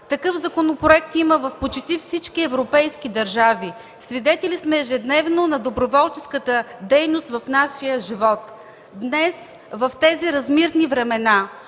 Такъв законопроект има в почти всички европейски държави. Ежедневно сме свидетели на доброволческата дейност в нашия живот. Днес, в тези размирни времена,